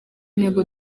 intego